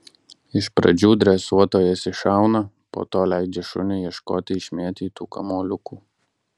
iš pradžių dresuotojas iššauna po to leidžia šuniui ieškoti išmėtytų kamuoliukų